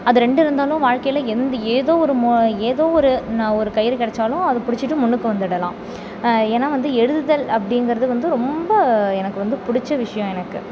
அது ரெண்டு இருந்தாலும் வாழ்க்கையில் எந்த ஏதோ ஒரு மு ஏதோ ஒரு நான் ஒரு கயிறு கிடைச்சாலும் அதை பிடிச்சுட்டு முன்னுக்கு வந்துவிடலாம் ஏன்னா வந்து எழுதுதல் அப்படிங்கறது வந்து ரொம்ப எனக்கு வந்து பிடிச்ச விஷயம் எனக்கு